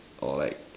or like